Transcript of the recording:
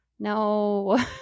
No